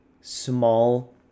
small